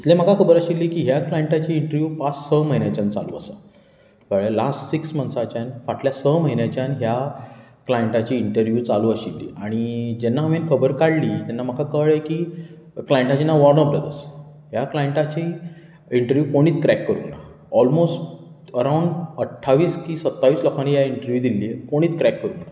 जितलें म्हाका खबर आशिल्ली की ह्या क्लायंटाची इंटरव्यू पांच स म्हयन्यांच्यान चालू आसा कळ्ळें लास्ट सिक्स मंथसाच्यान फाटल्या स म्हयन्यांच्यान ह्या क्लायंटाची इंटरव्यू चालू आशिल्ली आनी जेन्ना हांवें खबर काडली तेन्ना म्हाका कळ्ळें की क्लायंटाचे नांव वॉर्नर ब्रदर्स आनी ह्या क्लांयंटाची इंटरव्यू कोणेंच क्रेक करूंक ना ऑलमोस्ट अरावंड अठ्ठावीस की सत्तावीस लोकांनी ह्या इंटरव्यू दिले कोणेंच क्रेक करूंक ना